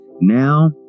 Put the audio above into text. now